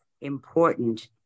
important